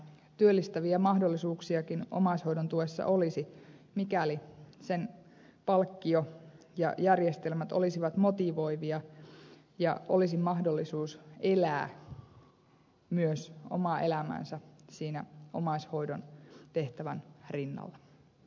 työllistäviä mahdollisuuksiakin omaishoidon tuessa olisi mikäli sen palkkio ja järjestelmät olisivat motivoivia ja olisi mahdollisuus elää myös omaa elämäänsä siinä omaishoidon tehtävän rinnalla